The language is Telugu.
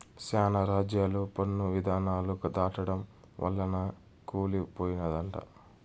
శానా రాజ్యాలు పన్ను ఇధానాలు దాటడం వల్లనే కూలి పోయినయంట